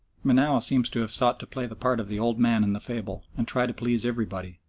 menou seems to have sought to play the part of the old man in the fable, and try to please everybody,